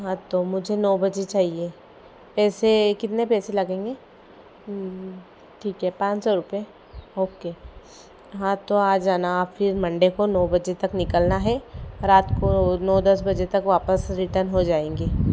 हाँ तो मुझे नौ बजे चाहिए पैसे कितने पैसे लगेंगे ठीक है पाँच सौ रुपये ओके हाँ तो आ जाना आप फिर मंडे को नौ बजे तक निकलना है रात को नौ दस बजे तक वापस रिटन हो जाएंगे